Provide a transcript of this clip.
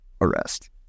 arrest